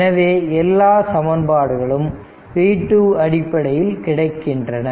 எனவே எல்லா சமன்பாடுகளும் v 2 அடிப்படையில் கிடைக்கின்றன